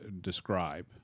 describe